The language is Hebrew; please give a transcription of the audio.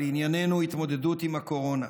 לענייננו התמודדות עם הקורונה.